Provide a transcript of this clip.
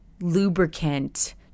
lubricant